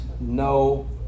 no